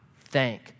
thank